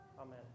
Amen